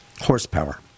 horsepower